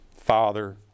Father